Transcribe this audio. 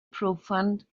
profound